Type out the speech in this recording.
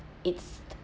it's